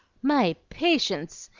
my patience!